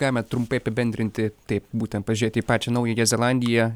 galime trumpai apibendrinti taip būtent pažiūrėti į pačią naująją zelandiją